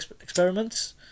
experiments